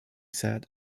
said